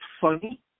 funny